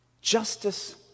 Justice